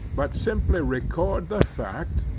but simply record the fact,